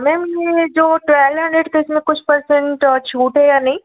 ma'am ये जो twelve hundred का इसमें कुछ परसेंट छूट है या नहीं